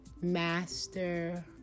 master